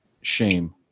shame